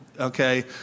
okay